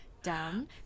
down